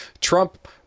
Trump